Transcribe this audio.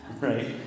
right